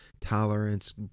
tolerance